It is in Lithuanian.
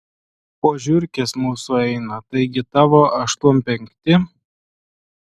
po žiurkės mūsų eina taigi tavo aštuom penkti